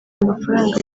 amafaranga